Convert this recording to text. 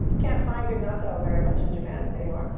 can't find good natto very much in japan anymore.